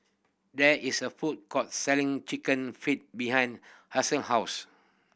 there is a food court selling Chicken Feet behind house